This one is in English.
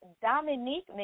Dominique